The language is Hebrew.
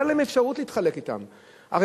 היתה להם אפשרות להתחלק אתה,